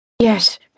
Yes